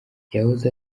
yahoze